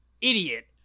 Idiot